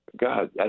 God